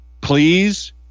Please